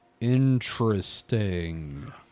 Interesting